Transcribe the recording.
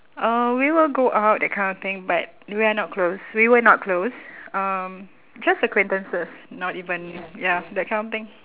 uh we will go out that kind of thing but we are not close we were not close um just acquaintances not even ya that kind of thing